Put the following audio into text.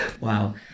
wow